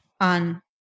on